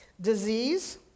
disease